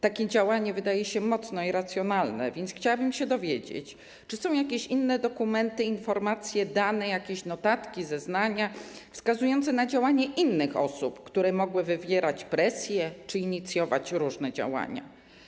Takie działanie wydaje się mocno irracjonalne, więc chciałabym się dowiedzieć: Czy są jakieś inne dokumenty, informacje, dane, jakieś notatki, zeznania wskazujące na działanie innych osób, które mogły wywierać presję czy inicjować różne działania?